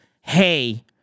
hey